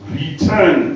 return